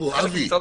הביטחון.